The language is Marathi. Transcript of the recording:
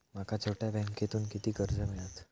माका छोट्या बँकेतून किती कर्ज मिळात?